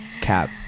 cap